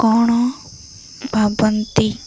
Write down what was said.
କ'ଣ ଭାବନ୍ତି